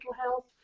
health